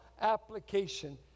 application